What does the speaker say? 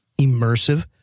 immersive